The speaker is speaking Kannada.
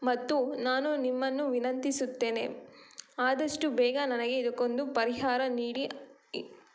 ಮತ್ತು ನಾನು ನಿಮ್ಮನ್ನು ವಿನಂತಿಸುತ್ತೇನೆ ಆದಷ್ಟು ಬೇಗ ನನಗೆ ಇದಕ್ಕೊಂದು ಪರಿಹಾರ ನೀಡಿ